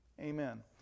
Amen